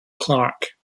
clerk